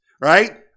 right